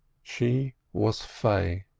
she was fey.